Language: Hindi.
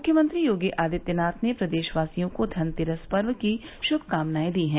मुख्यमंत्री योगी आदित्यनाथ ने प्रदेशवासियों को धनतेरस पर्व की शुभकामनाएं दी हैं